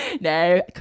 no